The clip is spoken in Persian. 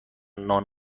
نان